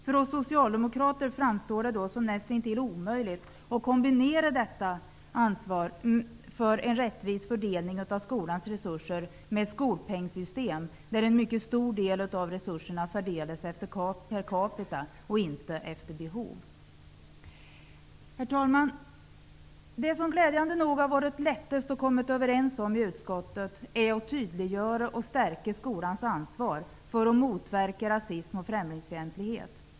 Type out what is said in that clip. För oss socialdemokrater framstår det som näst intill omöjligt att kombinera detta ansvar för en rättvis fördelning av skolans resurser med ett skolpengssystem där en mycket stor del av resurserna fördelas per capita och inte efter behov. Herr talman! Det som glädjande nog har varit lättast att komma överens om i utskottet är att tydliggöra och stärka skolans ansvar för att motverka rasism och främlingsfientlighet.